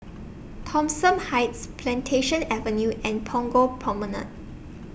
Thomson Heights Plantation Avenue and Punggol Promenade